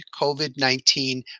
COVID-19